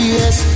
yes